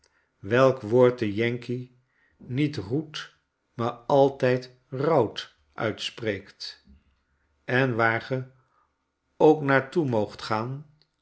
welk woord de yankee niet r o e t maar altijd raut uitspreekt en waar ge ook naar toe moogt gaan